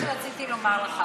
מה שרציתי לומר לך,